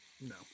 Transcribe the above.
No